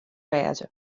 wêze